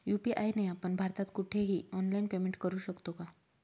UPI ने आपण भारतात कुठेही ऑनलाईन पेमेंट करु शकतो का?